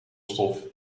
stof